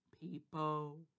people